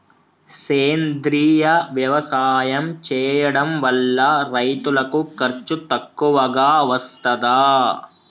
సేంద్రీయ వ్యవసాయం చేయడం వల్ల రైతులకు ఖర్చు తక్కువగా వస్తదా?